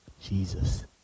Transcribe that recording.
Jesus